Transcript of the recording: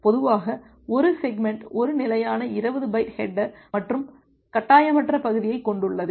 பொதுவாக ஒரு செக்மெண்ட் ஒரு நிலையான 20 பைட் ஹேட்டர் மற்றும் கட்டாயமற்ற பகுதியைக் கொண்டுள்ளது